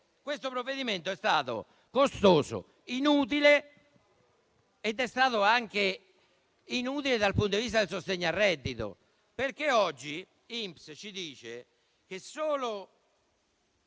Questo provvedimento è stato costoso e inutile; è stato inutile anche dal punto di vista del sostegno al reddito, perché oggi l'INPS ci dice che solo